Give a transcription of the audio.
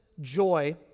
joy